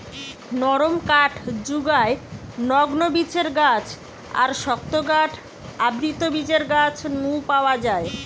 নরম কাঠ জুগায় নগ্নবীজের গাছ আর শক্ত কাঠ আবৃতবীজের গাছ নু পাওয়া যায়